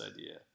idea